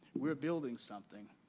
we're building something.